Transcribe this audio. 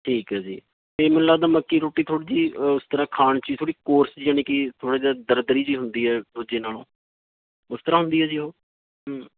ਠੀਕ ਹੈ ਜੀ ਅਤੇ ਮੈਨੂੰ ਲੱਗਦਾ ਮੱਕੀ ਰੋਟੀ ਥੋੜ੍ਹੀ ਜਿਹੀ ਉਸ ਤਰ੍ਹਾਂ ਖਾਣ 'ਚ ਥੋੜ੍ਹੀ ਕੋਰਸ ਯਾਨੀ ਕਿ ਥੋੜ੍ਹਾ ਜਿਹਾ ਦਰਦਰੀ ਜਿਹੀ ਹੁੰਦੀ ਹੈ ਦੂਜੇ ਨਾਲੋਂ ਉਸ ਤਰ੍ਹਾਂ ਹੁੰਦੀ ਹੈ ਜੀ ਉਹ